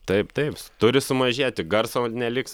taip taip turi sumažėti garso neliks